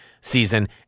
season